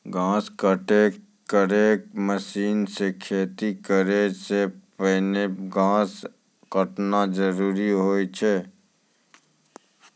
घास काटै केरो मसीन सें खेती करै सें पहिने घास काटना जरूरी होय छै?